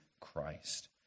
Christ